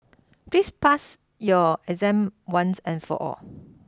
please pass your exam once and for all